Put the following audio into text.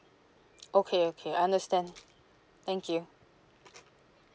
okay okay I understand thank you